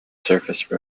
surface